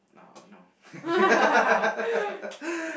uh no